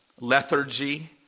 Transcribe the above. lethargy